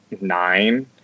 nine